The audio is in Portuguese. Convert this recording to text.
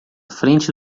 frente